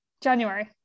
january